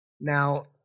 Now